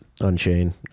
Unchain